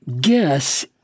guess